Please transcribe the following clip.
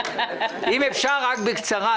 אם אפשר רק בקצרה.